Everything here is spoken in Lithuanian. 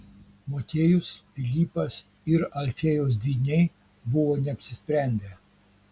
motiejus pilypas ir alfiejaus dvyniai buvo neapsisprendę